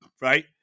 right